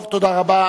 טוב, תודה רבה.